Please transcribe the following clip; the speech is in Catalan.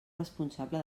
responsable